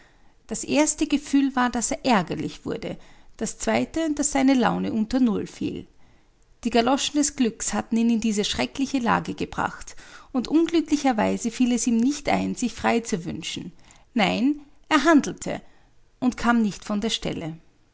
das erste gefühl war daß er ärgerlich wurde das zweite daß seine laune unter null fiel die galoschen des glückes hatten ihn in diese schreckliche lage gebracht und unglücklicherweise fiel es ihm nicht ein sich frei zu wünschen nein er handelte und kam nicht von der stelle